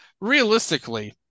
realistically